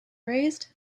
raised